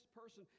person